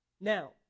Now